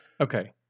okay